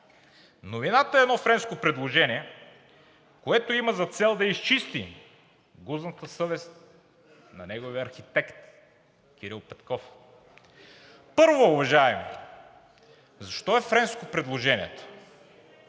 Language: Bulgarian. Новината е едно френско предложение, което има за цел да изчисти гузната съвест на неговия архитект Кирил Петков. Първо, уважаеми, защо е френско предложението,